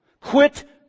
Quit